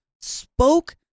Spoke